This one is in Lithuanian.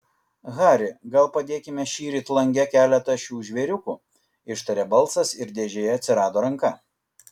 hari gal padėkime šįryt lange keletą šių žvėriukų ištarė balsas ir dėžėje atsirado ranka